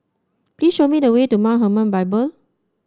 please show me the way to Mount Hermon Bible